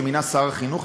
שמינה שר החינוך,